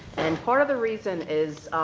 and part of the reason is,